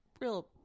real